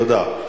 תודה.